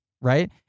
Right